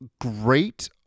Great